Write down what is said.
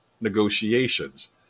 negotiations